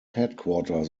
headquarters